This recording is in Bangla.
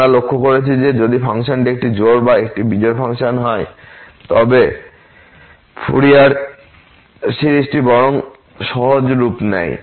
আমরা লক্ষ্য করেছি যে যদি ফাংশনটি একটি জোড় বা একটি বিজোড় ফাংশন হয় ফুরিয়ার সিরিজটি বরং সহজ রূপ নেয়